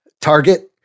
target